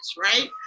right